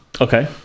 Okay